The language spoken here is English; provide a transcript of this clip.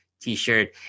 t-shirt